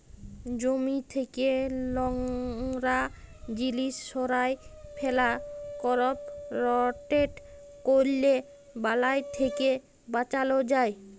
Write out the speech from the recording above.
জমি থ্যাকে লংরা জিলিস সঁরায় ফেলা, করপ রটেট ক্যরলে বালাই থ্যাকে বাঁচালো যায়